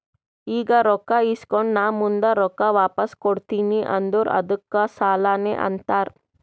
ಈಗ ರೊಕ್ಕಾ ಇಸ್ಕೊಂಡ್ ನಾ ಮುಂದ ರೊಕ್ಕಾ ವಾಪಸ್ ಕೊಡ್ತೀನಿ ಅಂದುರ್ ಅದ್ದುಕ್ ಸಾಲಾನೇ ಅಂತಾರ್